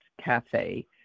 cafe